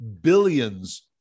billions